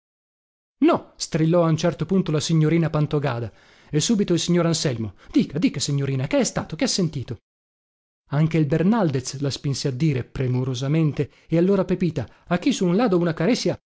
no strillò a un certo punto la signorina pantogada e subito il signor anselmo dica dica signorina che è stato che ha sentito anche il bernaldez la spinse a dire premurosamente e allora pepita aquì su un lado una careccia